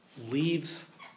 leaves